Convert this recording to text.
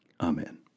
Amen